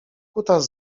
kutas